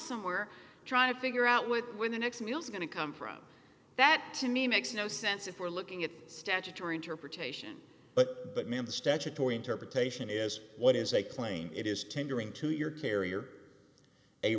somewhere trying to figure out where when the next meal's going to come from that to me makes no sense if we're looking at statutory interpretation but the statutory interpretation is what is a claim it is tendering to your carrier a